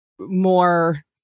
more